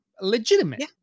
legitimate